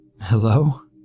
hello